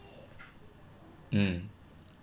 mm